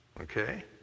Okay